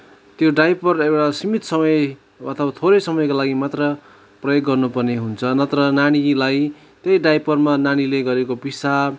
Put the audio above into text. त्यो डाइपर एउटा सिमित समय अथवा थोरै समयको लागि मात्र प्रयोग गर्नुपर्ने हुन्छ नत्र नानीलाई त्यही डाइपरमा नानीले गरेको पिसाब